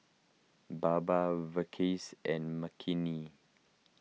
Baba Verghese and Makineni